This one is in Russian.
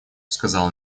сказал